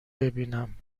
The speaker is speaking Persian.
ببینم